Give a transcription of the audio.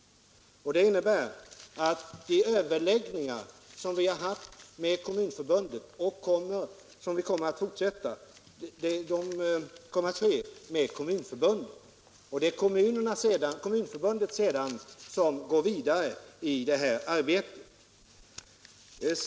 Det innebär att vi har haft och kommer att ha våra överläggningar med Kommunförbundet. Det är också Kommunförbundet som sedan går vidare i det här arbetet.